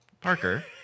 Parker